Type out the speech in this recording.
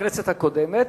בכנסת הקודמת,